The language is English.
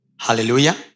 Hallelujah